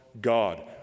God